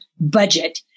budget